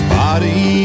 body